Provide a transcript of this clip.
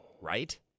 Right